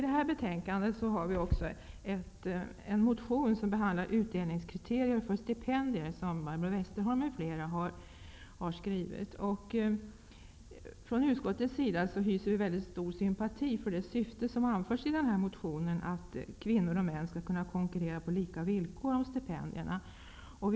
Westerholm m.fl., vilken behandlar utdelningskriterier när det gäller stipendier till män och kvinnor. Vi i utskottet hyser stor sympati för det syfte som anförs i motionen, nämligen att kvinnor och män skall kunna konkurrera om stipendierna på lika villkor.